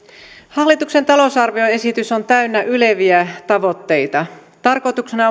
hallituksen talousarvioesitys on täynnä yleviä tavoitteita tarkoituksena